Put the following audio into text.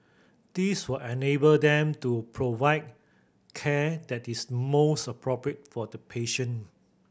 this will enable them to provide care that is most appropriate for the patient